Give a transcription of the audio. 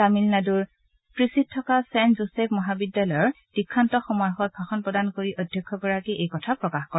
তামিলনাডুৰ ট্টচীত ধকা ছেণ্ট জোছেফ মহাবিদ্যালয়ৰ দীক্ষান্ত সমাৰোহত ভাষণ প্ৰদান কৰি অধ্যক্ষগৰাকীয়ে এই কথা প্ৰকাশ কৰে